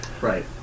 Right